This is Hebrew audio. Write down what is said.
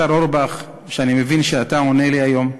השר אורבך, שאני מבין שאתה עונה לי היום,